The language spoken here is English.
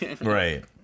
Right